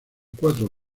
cuatro